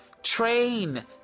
Train